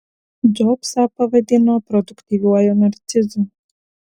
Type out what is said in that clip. džobsą pavadino produktyviuoju narcizu